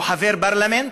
הוא חבר פרלמנט,